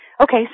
Okay